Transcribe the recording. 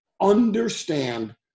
Understand